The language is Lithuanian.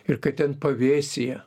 ir kad ten pavėsyje